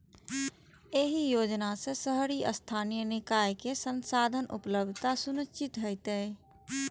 एहि योजना सं शहरी स्थानीय निकाय कें संसाधनक उपलब्धता सुनिश्चित हेतै